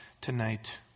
tonight